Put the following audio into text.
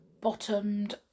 bottomed